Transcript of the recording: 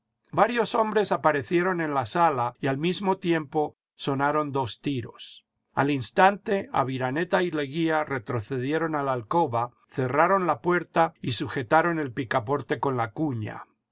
varios hombres aparecieron en la sala y al mismo tiempo sonaron dos tiros al instante aviraneta y leguía retrocedieron a la alcoba cerraron la puerta y sujetaron el picaporte con la cuña